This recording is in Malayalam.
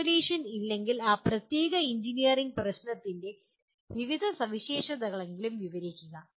ഫോർമുലേഷൻ ഇല്ലെങ്കിൽ ആ പ്രത്യേക എഞ്ചിനീയറിംഗ് പ്രശ്നത്തിന്റെ വിവിധ സവിശേഷതകളെങ്കിലും വിവരിക്കുക